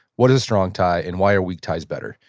what is a strong tie? and why are weak ties better?